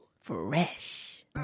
Fresh